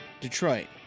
Detroit